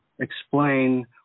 Explain